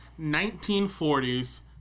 1940s